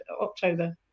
october